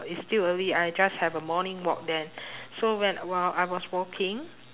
it's still early I just have a morning walk then so when while I was walking